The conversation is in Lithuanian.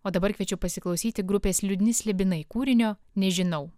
o dabar kviečiu pasiklausyti grupės liūdni slibinai kūrinio nežinau